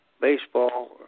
baseball